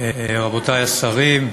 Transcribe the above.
תודה רבה, רבותי השרים,